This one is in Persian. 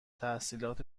تحصیلات